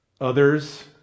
others